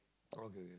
okay